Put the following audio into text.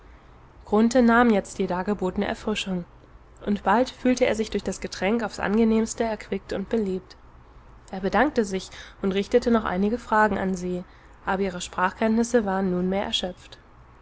nahm jetzt die dargebotene erfrischung und bald fühlte er sich durch das getränk aufs angenehmste erquickt und belebt er bedankte sich und richtete noch einige fragen an se aber ihre sprachkenntnisse waren nunmehr erschöpft